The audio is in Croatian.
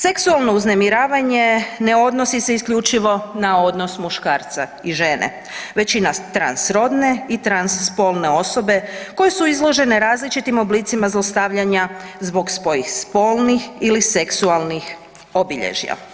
Seksualno uznemiravanje ne odnosi se isključivo na odnos muškarca i žene već i na transrodne i transspolne osobe koje su izložene različitim oblicama zlostavljanja zbog svojih spolnih ili seksualnih obilježja.